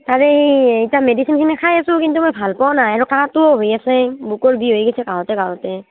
তাৰে এই এতিয়া মেডিচিনখিনি খাই আছোঁ কিন্তু মই ভাল পোৱা নাই আৰু কাঁহটোও হৈ আছে বুকুৰ বিষ হৈ গৈছে কাঁহোতে কাঁহোতে